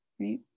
right